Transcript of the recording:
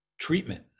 treatment